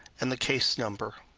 and the case number.